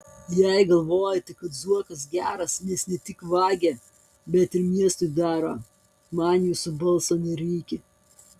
jei galvojate kad zuokas geras nes ne tik vagia bet ir miestui daro man jūsų balso nereikia